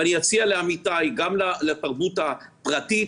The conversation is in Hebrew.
ואני אציע לעמיתיי גם לתרבות הפרטית,